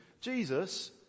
Jesus